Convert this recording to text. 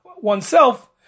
oneself